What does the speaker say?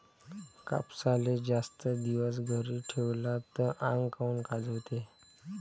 कापसाले जास्त दिवस घरी ठेवला त आंग काऊन खाजवते?